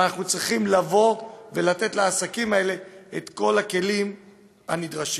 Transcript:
ואנחנו צריכים ולתת לעסקים האלה את כל הכלים הנדרשים.